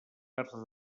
arts